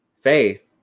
faith